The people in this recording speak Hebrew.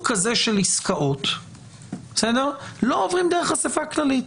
כזה של עסקאות לא עוברים דרך אספה כללית.